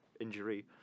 injury